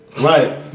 Right